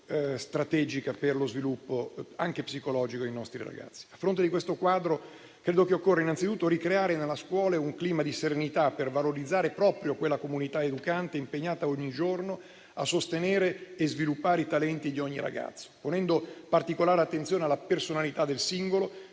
strategica per lo sviluppo anche psicologico dei nostri ragazzi. A fronte di questo quadro, credo che occorra innanzitutto ricreare nella scuola un clima di serenità per valorizzare proprio quella comunità educante impegnata ogni giorno a sostenere e sviluppare i talenti di ogni ragazzo, ponendo particolare attenzione alla personalità del singolo,